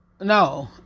No